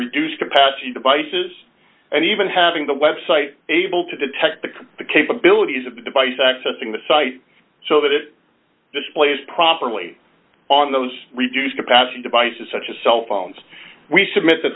reduced capacity devices and even having the website able to detect the capabilities of the device accessing the site so that it displays properly on those reduced capacity devices such as cell phones we submit th